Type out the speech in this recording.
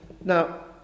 Now